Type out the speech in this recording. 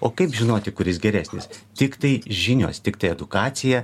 o kaip žinoti kuris geresnis tiktai žinios tiktai edukacija